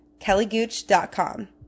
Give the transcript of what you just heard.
kellygooch.com